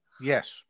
Yes